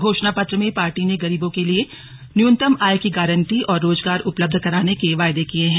घोषणा पत्र में पार्टी ने गरीबों के लिए न्यूनतम आय की गारंटी और रोजगार उपलब्ध कराने के वायदे किए हैं